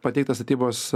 pateikta statybos